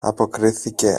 αποκρίθηκε